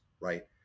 right